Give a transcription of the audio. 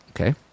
Okay